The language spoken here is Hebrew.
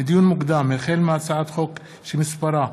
לדיון מוקדם, החל בהצעת חוק שמספרה